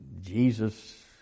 Jesus